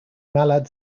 malad